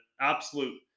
absolute